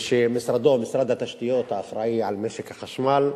ושמשרדו, משרד התשתיות, האחראי למשק החשמל,